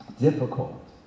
difficult